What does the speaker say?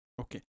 Okay